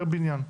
פר בניין.